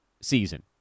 season